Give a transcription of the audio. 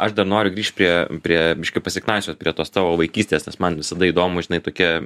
aš dar noriu grįžt prie prie biškį pasiknaisiot prie tos tavo vaikystės nes man visada įdomu žinai tokia